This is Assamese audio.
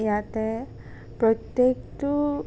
ইয়াতে প্ৰত্যেকটো